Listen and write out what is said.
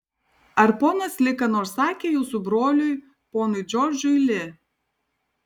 ar ponas li ką nors sakė jūsų broliui ponui džordžui li